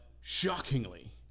shockingly